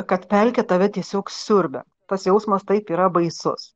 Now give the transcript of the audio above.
kad pelkė tave tiesiog siurbia tas jausmas taip yra baisus